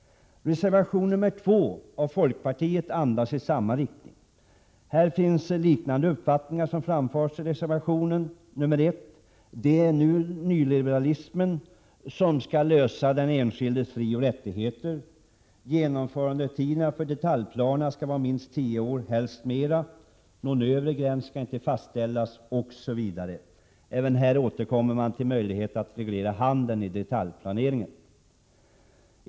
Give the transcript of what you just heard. I reservation 2 av folkpartiet är andan densamma. Här finns liknande uppfattningar som framförs i reservation 1. Det är nyliberalismen som är lösningen i fråga om den enskildes frioch rättigheter. Genomförandetiderna för detaljplanerna skall vara minst tio år och helst mer. Någon övre gräns skall inte fastställas osv. Även här återkommer man till möjligheten att reglera handeln i detaljplaneringen.